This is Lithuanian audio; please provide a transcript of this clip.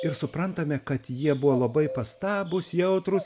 ir suprantame kad jie buvo labai pastabūs jautrūs